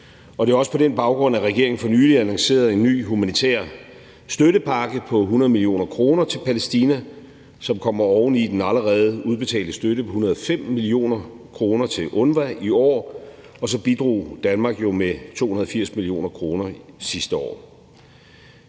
Det er også på den baggrund, at regeringen for nylig annoncerede en ny humanitær støttepakke på 100 mio. kr. til Palæstina, som kommer oven i den allerede udbetalte støtte på 105 mio. kr. til UNRWA i år, og så bidrog Danmark jo med 280 mio. kr. sidste år.